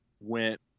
went